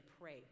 pray